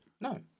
No